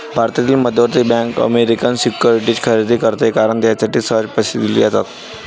भारताची मध्यवर्ती bank American securities खरेदी करते कारण त्यासाठी सहज पैसे दिले जातात